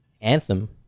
Anthem